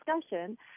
discussion